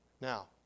Now